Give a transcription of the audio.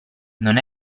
non